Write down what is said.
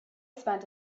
spent